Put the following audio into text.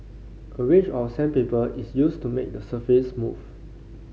a range of sandpaper is used to make the surface smooth